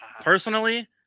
Personally